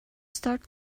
start